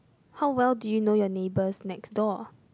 how well do you know your neighbors next door